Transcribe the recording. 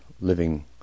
living